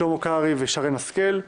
מאי גולן ושרן השכל,